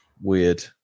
Weird